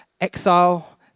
exile